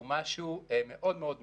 הוא משהו מאוד מאוד נדרש.